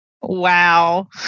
Wow